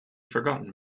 forgotten